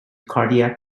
cardiac